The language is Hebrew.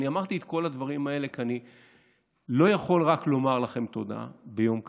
אמרתי את כל הדברים האלה כי אני לא יכול רק לומר לכם תודה ביום כזה,